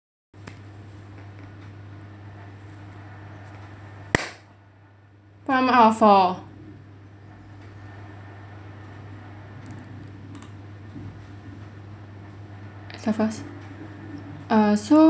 prompt out of four I start first uh so